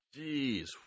Jeez